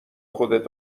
خودت